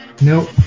Nope